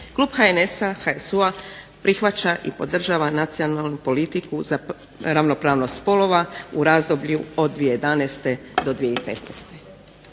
Klub HNS-a, HSU-a prihvaća i podržava nacionalnu politiku za ravnopravnost spolova u razdoblju od 2011. do 2015.